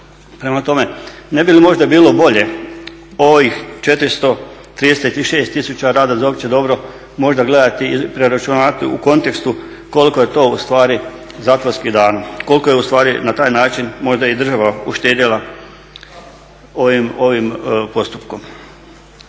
Prema tome, ne bi li možda bilo bolje ovih 436 tisuća rada za opće dobro možda gledati i preračunati u kontekstu koliko je to ustvari zatvorskih dana. Koliko je ustvari na taj način možda i država uštedjela ovim postupkom.